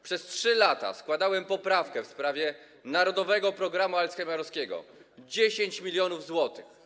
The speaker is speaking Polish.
Przez 3 lata składałem poprawkę w sprawie Narodowego Programu Alzheimerowskiego, 10 mln zł.